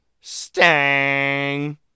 Stang